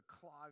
clog